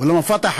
(אומר דברים